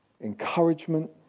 encouragement